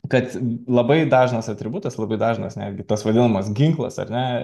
kad labai dažnas atributas labai dažnas netgi tas vadinamas ginklas ar ne